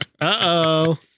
Uh-oh